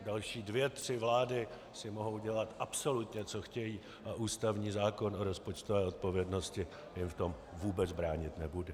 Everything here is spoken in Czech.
Další dvě tři vlády si mohou dělat absolutně, co chtějí, a ústavní zákon o rozpočtové odpovědnosti jim v tom vůbec bránit nebude.